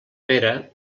vera